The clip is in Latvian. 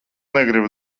negribu